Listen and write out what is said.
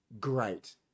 great